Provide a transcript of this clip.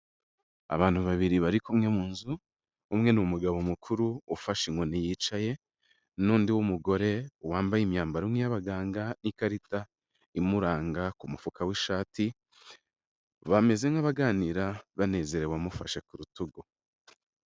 Abantu babiri bari kumwe mu nzu, umwe ni umugabo mukuru ufashe inkoni yicaye, n'undi w'umugore wambaye imyambaro nk'iy'abaganga n'ikarita imuranga ku mufuka w'ishati, bameze nk'abaganira banezerewe amufashe ku rutugu.